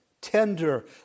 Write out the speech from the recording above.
tender